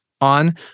on